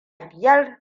biya